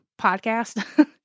podcast